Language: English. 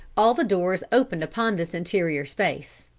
all the doors opened upon this interior space.